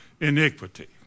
iniquity